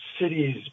Cities